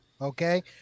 Okay